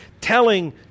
telling